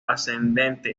ascendente